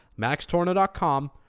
MaxTorno.com